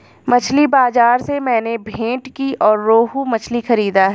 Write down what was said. मछली बाजार से मैंने भेंटकी और रोहू मछली खरीदा है